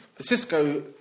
Cisco